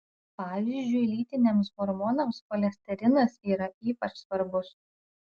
pavyzdžiui lytiniams hormonams cholesterinas yra ypač svarbus